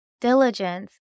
diligence